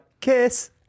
kiss